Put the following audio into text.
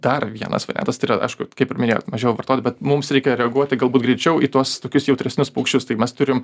dar vienas variantas tai yra aišku kaip ir minėjot mažiau vartoti bet mums reikia reaguoti galbūt greičiau į tuos tokius jautresnius paukščius tai mes turim